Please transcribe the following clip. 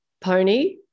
pony